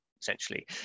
essentially